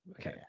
Okay